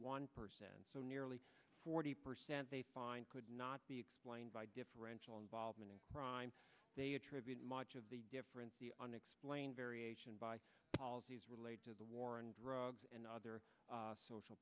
one percent so nearly forty percent they find could not be explained by differential involvement in crime they attribute much of the difference the unexplained variation by policies relate to the war on drugs and other social